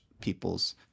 people's